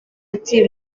ati